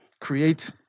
create